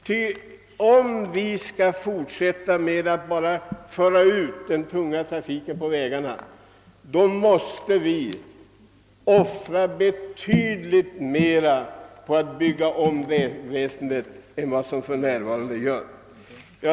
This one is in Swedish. Om vi skall fortsätta att bara föra ut den tunga trafiken på vägarna, måste vi offra betydligt mera på att bygga ut vägväsendet än vad vi för närvarande gör.